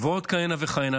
ועוד כהנה וכהנה.